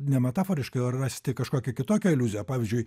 nemetaforiškai o rasti kažkokią kitokią aliuziją pavyzdžiui